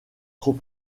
trop